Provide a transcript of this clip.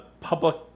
public